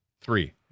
Three